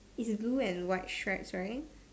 it's blue and white stripes right